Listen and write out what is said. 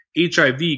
hiv